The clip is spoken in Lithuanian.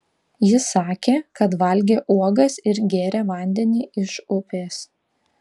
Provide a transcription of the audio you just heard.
ji sakė kad valgė uogas ir gėrė vandenį iš upės